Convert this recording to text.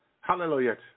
Hallelujah